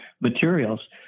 materials